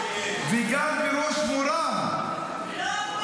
וגם בראש מורם -- לא פה.